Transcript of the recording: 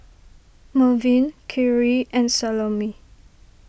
Mervin Khiry and Salome